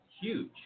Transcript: Huge